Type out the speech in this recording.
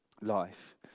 life